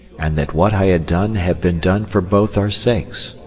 and that what i had done had been done for both our sakes.